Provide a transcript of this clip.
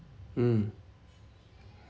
mm